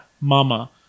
mama